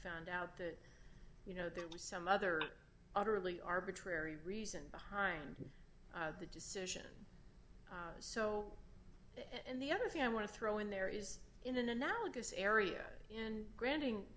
found out that you know there was some other utterly arbitrary reason behind the decision so and the other thing i want to throw in there is in an analogous area in granting